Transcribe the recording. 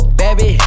baby